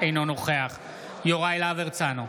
אינו נוכח יוראי להב הרצנו,